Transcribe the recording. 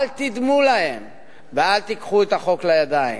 אל תדמו להם ואל תיקחו את החוק לידיים.